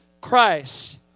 Christ